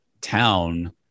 town